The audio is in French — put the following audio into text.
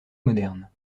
moderne